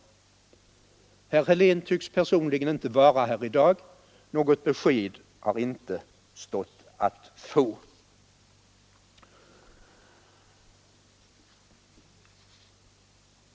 Herr Helén tycks personligen inte vara här i dag. Något besked har inte stått att få.